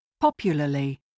Popularly